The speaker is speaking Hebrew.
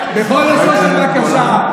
בכל לשון של בקשה,